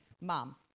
Mom